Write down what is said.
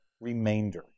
remainder